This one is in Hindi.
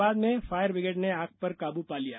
बाद में फायर ब्रिगेड ने आग पर काबू पा लिया